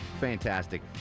Fantastic